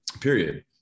period